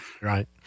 Right